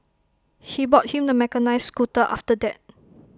he bought him the mechanised scooter after that